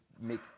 make